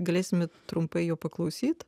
galėsime trumpai jo paklausyt